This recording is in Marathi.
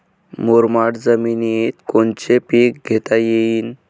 मुरमाड जमिनीत कोनचे पीकं घेता येईन?